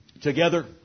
Together